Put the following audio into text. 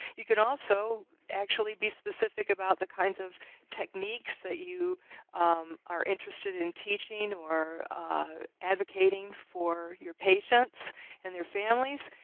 you can also actually be specific about the kinds of techniques that you are interested in teaching or are advocating for your patients and their families.